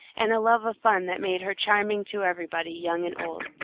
and a love of fun that made her charming to everybody, young and old.